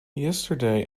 yesterday